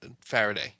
Faraday